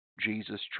Jesus